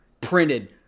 printed